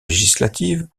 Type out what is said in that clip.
législatives